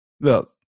Look